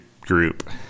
group